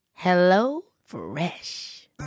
HelloFresh